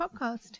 podcast